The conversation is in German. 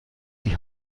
die